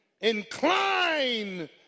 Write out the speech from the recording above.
incline